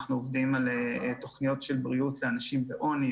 אנחנו עובדים על תוכניות של בריאות לאנשים בעוני,